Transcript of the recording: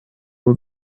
were